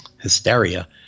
Hysteria